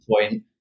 point